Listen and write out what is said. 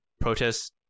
Protests